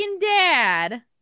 dad